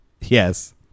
Yes